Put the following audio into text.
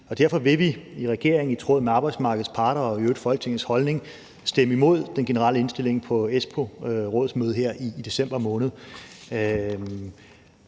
derfor vil vi i regeringen i tråd med arbejdsmarkedets parters og i øvrigt Folketingets holdning stemme imod den generelle indstilling på EPSCO-rådsmødet her i december måned.